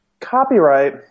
Copyright